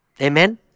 Amen